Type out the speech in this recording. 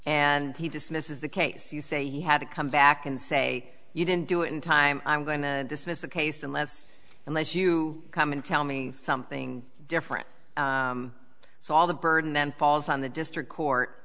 and he dismisses the case you say you had to come back and say you didn't do it in time i'm going to dismiss the case unless unless you come in tell me something different so all the burden then falls on the district court